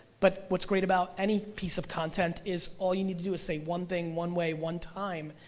but what's great about any piece of content is all you need to do is say one thing, one way, one time,